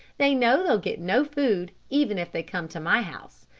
they know they'll get no food even if they come to my house,